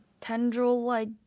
tendril-like